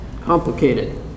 Complicated